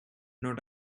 not